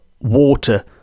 water